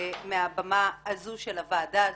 מהבמה הזו של הוועדה הזו,